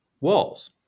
walls